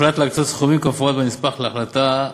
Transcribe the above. הוחלט להקצות סכומים כמפורט בנספח להחלטה,